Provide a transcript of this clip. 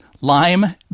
lime